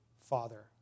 father